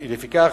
לפיכך,